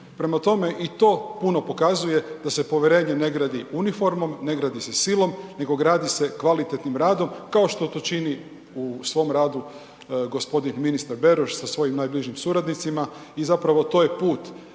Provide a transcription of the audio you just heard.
prema tome i to puno pokazuje da se povjerenje ne gradi uniformom, ne gradi se silom nego gradi se kvalitetnim radom kao što to čini u svom radu gospodin ministar Beroš sa svojim najbližim suradnicima i zapravo to je put